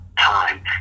time